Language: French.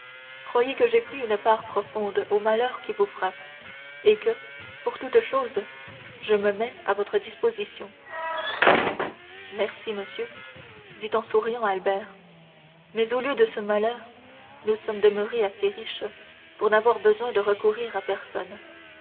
croyez que j'ai pris une part profonde au malheur qui vous frappe et que pour toutes choses je me mets à votre disposition merci monsieur dit en souriant albert mais au milieu de ce malheur nous sommes demeurés assez riches pour n'avoir besoin de recourir à personne